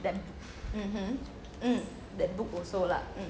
them mmhmm mm that book also lah mm